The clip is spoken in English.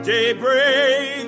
Daybreak